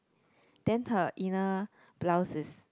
then her inner blouse is